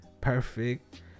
perfect